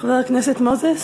חבר הכנסת מוזס.